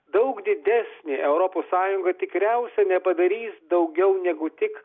daug didesnė europos sąjunga tikriausia nepadarys daugiau negu tik